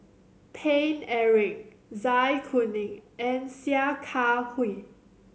Paine Eric Zai Kuning and Sia Kah Hui